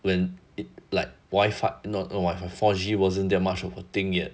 when it like wifi no not wifi like four G wasn't that much of a thing yet